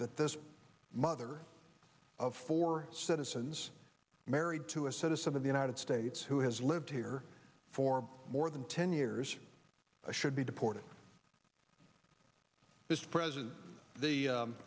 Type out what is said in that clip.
that this mother of four citizens married to a set of some of the united states who has lived here for more than ten years i should be deported this president the